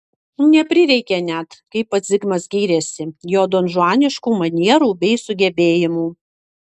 neprireikė net kaip pats zigmas gyrėsi jo donžuaniškų manierų bei sugebėjimų